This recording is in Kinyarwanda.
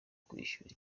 kwishyura